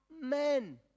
men